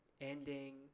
ending